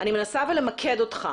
אני מנסה למקד אותך,